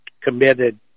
committed